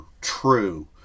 true